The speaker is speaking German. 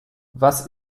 was